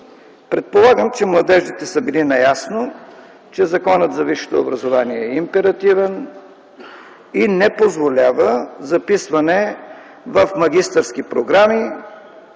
Предполагам, че младежите са били наясно, че Законът за висшето образование е императивен и не позволява записване в магистърски програми